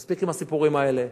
מספיק עם הסיפורים האלה.